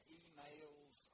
emails